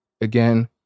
Again